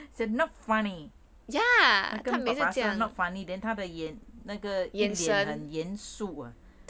said not funny papa not funny then 她的眼那个很严肃 ah